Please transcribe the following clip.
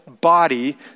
body